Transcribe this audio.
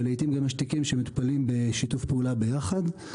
ולעיתים גם יש תיקים שמטופלים בשיתוף פעולה ביחד.